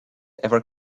ever